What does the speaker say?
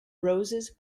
roses